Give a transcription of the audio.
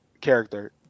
character